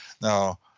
Now